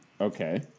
Okay